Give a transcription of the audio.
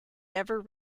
never